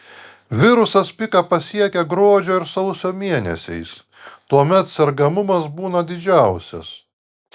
virusas piką pasiekią gruodžio ir sausio mėnesiais tuomet sergamumas būna didžiausias